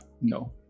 no